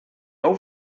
meu